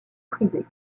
prisée